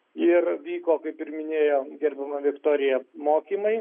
ir vyko kaip ir minėjo gerbiama viktorija mokymai